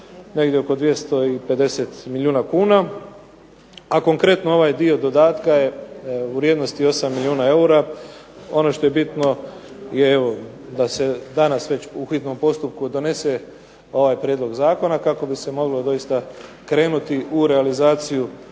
Negdje oko 250 milijuna kuna. A konkretno ovaj dio dodatka je u vrijednosti 8 milijuna eura. Ono što je bitno je evo da se danas već u hitnom postupku donese ovaj prijedlog zakona kako bi se moglo doista krenuti u realizaciju